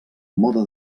mode